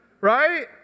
Right